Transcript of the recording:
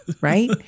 Right